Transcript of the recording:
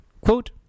Quote